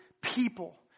people